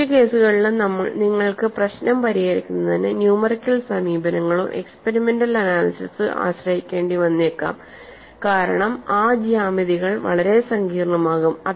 മിക്ക കേസുകളിലും നിങ്ങൾക്ക് പ്രശ്നം പരിഹരിക്കുന്നതിന് ന്യൂമെറിക്കൽ സമീപനങ്ങളോ എക്സ്പെരിമെന്റൽ അനാലിസിസൊ ആശ്രയിക്കേണ്ടി വന്നേക്കാം കാരണം ആ ജ്യാമിതികൾ വളരെ സങ്കീർണ്ണമാകും